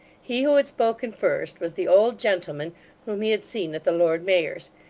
he who had spoken first, was the old gentleman whom he had seen at the lord mayor's.